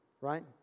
right